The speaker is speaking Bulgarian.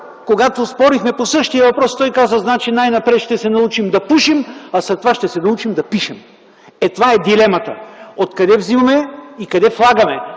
когато спорихме по същия въпрос и той каза: „Значи най-напред ще се научим да пушим, а след това ще се научим да пишем”. Ето това е дилемата – откъде взимаме и къде влагаме?